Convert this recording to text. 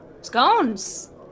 Scones